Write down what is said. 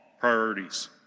priorities